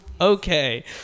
okay